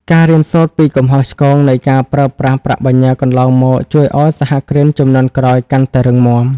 ការរៀនសូត្រពីកំហុសឆ្គងនៃការប្រើប្រាស់ប្រាក់បញ្ញើកន្លងមក ជួយឱ្យសហគ្រិនជំនាន់ក្រោយកាន់តែរឹងមាំ។